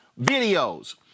videos